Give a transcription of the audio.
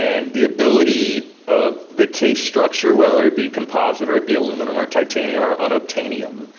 and the ability of the case structure, whether it be composite or it be aluminum or titanium or unobtanium,